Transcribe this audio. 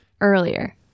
earlier